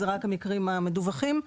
זה רק המקרים המדווחים.